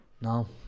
no